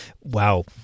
Wow